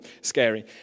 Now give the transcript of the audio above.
scary